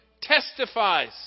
testifies